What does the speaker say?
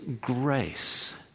grace